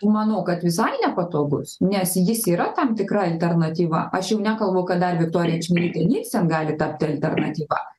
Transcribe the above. manau kad visai nepatogus nes jis yra tam tikra alternatyva aš jau nekalbu kad dar viktorija čmilytė nielsen gali tapti alternatyva